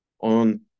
on